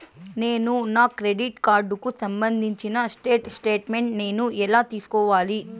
నేను నా క్రెడిట్ కార్డుకు సంబంధించిన స్టేట్ స్టేట్మెంట్ నేను ఎలా తీసుకోవాలి?